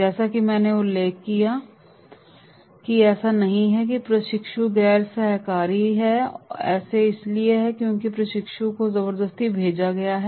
जैसा कि मैंने उल्लेख किया है कि ऐसा नहीं है कि प्रशिक्षु गैर सहकारी है ऐसा इसलिए है क्योंकि प्रशिक्षु को जबरदस्ती भेजा गया है